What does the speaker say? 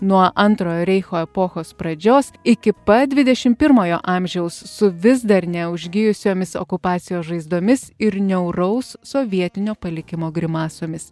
nuo antrojo reicho epochos pradžios iki pat dvidešim pirmojo amžiaus su vis dar neužgijusiomis okupacijos žaizdomis ir niauraus sovietinio palikimo grimasomis